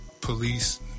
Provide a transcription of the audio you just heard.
police